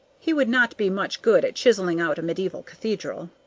he would not be much good at chiseling out a medieval cathedral.